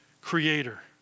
creator